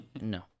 No